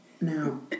Now